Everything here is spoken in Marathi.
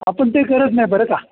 आपण ते करत नाही बरं का